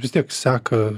vis tiek seka